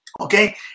Okay